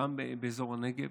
גם באזור הנגב,